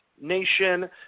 Nation